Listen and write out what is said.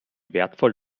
wertvoll